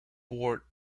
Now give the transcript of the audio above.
board